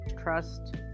trust